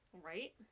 Right